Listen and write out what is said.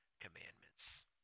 commandments